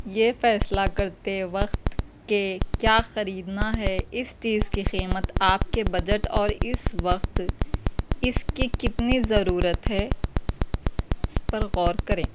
یہ فیصلہ کرتے وقت کہ کیا خریدنا ہے اس چیز کی قیمت آپ کے بجٹ اور اس وقت اس کی کتنی ضرورت ہے اس پر غور کریں